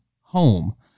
home